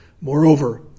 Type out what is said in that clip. Moreover